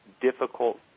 difficult